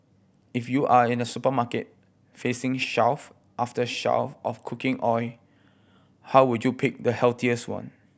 if you are in a supermarket facing shelf after shelf of cooking oil how would do you pick the healthiest one